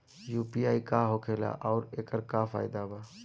UPI का होखेला आउर एकर का फायदा बा?